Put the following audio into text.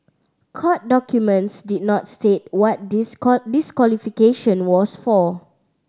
court documents did not state what this this disqualification was for